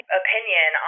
opinion